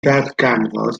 ddarganfod